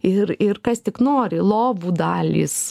ir ir kas tik nori lovų dalys